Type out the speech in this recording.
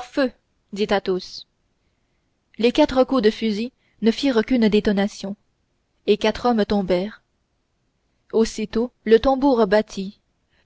feu dit athos les quatre coups de fusil ne firent qu'une détonation et quatre hommes tombèrent aussitôt le tambour battit